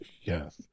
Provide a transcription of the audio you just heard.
Yes